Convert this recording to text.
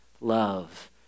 love